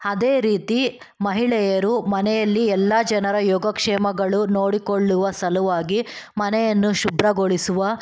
ಅದೇ ರೀತಿ ಮಹಿಳೆಯರು ಮನೆಯಲ್ಲಿ ಎಲ್ಲ ಜನರ ಯೋಗಕ್ಷೇಮಗಳು ನೋಡಿಕೊಳ್ಳುವ ಸಲುವಾಗಿ ಮನೆಯನ್ನು ಶುಭ್ರಗೊಳಿಸುವ